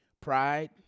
Pride